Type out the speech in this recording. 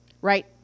right